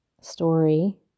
story